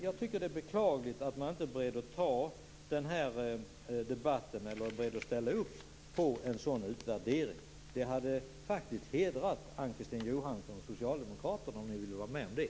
Jag tycker att det är beklagligt att man inte är beredd att ta den här debatten eller att ställa upp på nämnda utvärdering. Det skulle faktiskt ha hedrat Ann-Kristine Johansson och Socialdemokraterna om ni hade velat vara med på det.